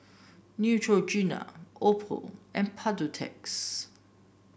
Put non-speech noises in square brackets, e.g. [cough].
Neutrogena Oppo and [unintelligible]